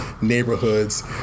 neighborhoods